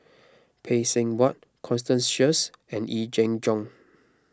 Phay Seng Whatt Constance Sheares and Yee Jenn Jong